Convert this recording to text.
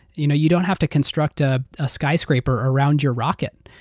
you know you don't have to construct ah a skyscraper around your rocket.